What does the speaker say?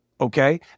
okay